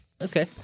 Okay